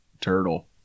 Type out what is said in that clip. turtle